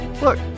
look